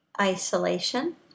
Isolation